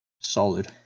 solid